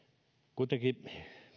kuitenkin